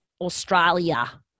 Australia